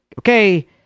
okay